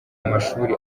mashuri